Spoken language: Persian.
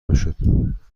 میشد